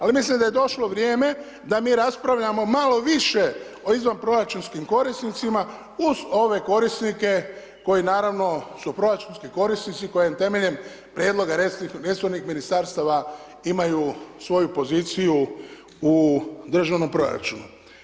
Ali mislim da je došlo vrijeme da mi raspravljamo malo više o izvanproračunskim korisnicima uz ove korisnike koji naravno su proračunski korisnici koji temeljem prijedloga resornih ministarstva imaju svoju poziciju u državnom proračun.